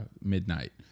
midnight